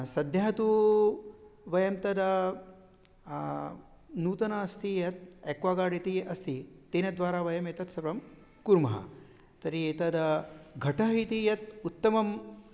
सद्यः तु वयं तद् नूतनम् अस्ति यत् एक्वागार्ड् इति अस्ति तेन द्वारा वयम् एतत् सर्वं कुर्मः तर्हि एतद् घटः इति यत् उत्तमं